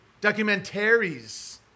Documentaries